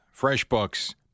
FreshBooks